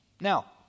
Now